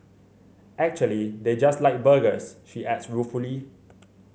actually they just like burgers she adds ruefully